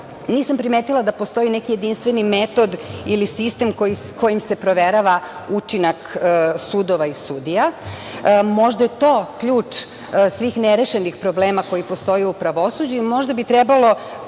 nisam primetila da postoji neki jedinstveni metod ili sistem kojim se proverava učinak sudova i sudija. Možda je to ključ svih nerešenih problema koji postoje u pravosuđu i možda bi trebalo